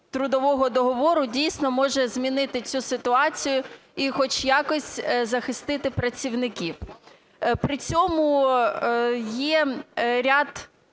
трудового договору дійсно може змінити цю ситуацію і хоч якось захистити працівників. При цьому є ряд